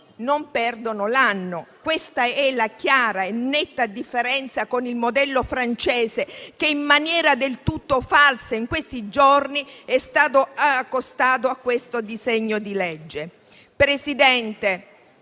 non perdono l'anno. Questa è la chiara e netta differenza con il modello francese, che in maniera del tutto falsa in questi giorni è stato accostato a questo disegno di legge. Presidente,